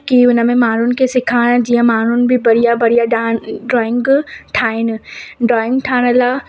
की उन में माण्हुनि खे सिखारण जीअं माण्हू बि बढ़िया बढ़िया डाग ड्रॉइंग ठाहिनि ड्रॉइंग ठाहिण लाइ